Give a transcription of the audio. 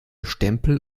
stempel